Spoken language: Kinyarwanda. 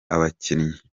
abakinnyi